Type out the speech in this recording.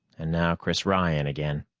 and now chris ryan again.